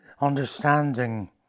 understanding